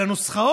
על הנוסח?